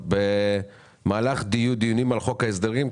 במהלך דיונים על חוק ההסדרים,